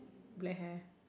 black hair